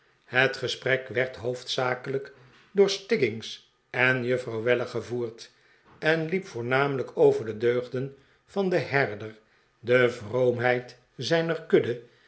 het gesprek werd hoofdzakelijk door stiggins en juffrouw weller gevoerd en liep voornamelijk over de deugden van den herder de vroomheid zijner kudde